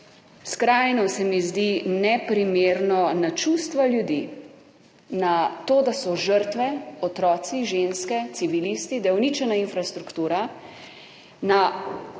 skrajno se mi zdi neprimerno na čustva ljudi, na to, da so žrtve otroci, ženske, civilisti, da je uničena infrastruktura, na vojno